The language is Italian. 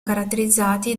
caratterizzati